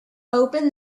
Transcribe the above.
open